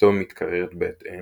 סביבתו מתקררת בהתאם,